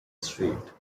street